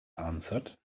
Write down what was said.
answered